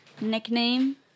nickname